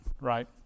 right